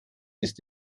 ist